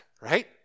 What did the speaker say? right